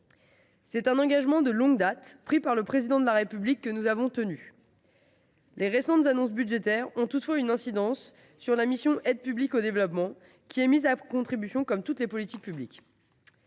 tenu un engagement pris de longue date par le Président de la République. Les récentes annonces budgétaires ont toutefois une incidence sur la mission « Aide publique au développement », qui est mise à contribution comme toutes les politiques publiques.